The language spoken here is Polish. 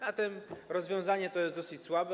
Zatem rozwiązanie to jest dosyć słabe.